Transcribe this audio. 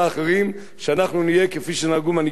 שאנחנו נהיה כפי שנהגו מנהיגינו בעבר,